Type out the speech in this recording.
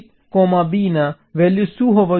તો A B ના values શું હોવા જોઈએ